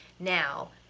now,